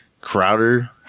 Crowder